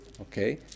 Okay